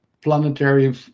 planetary